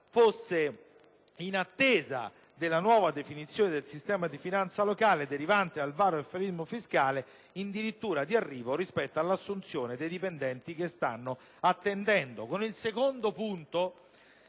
sia - in attesa della nuova definizione del sistema di finanza locale derivante dal varo del federalismo fiscale - in dirittura d'arrivo rispetto all'assunzione dei dipendenti che stanno attendendo.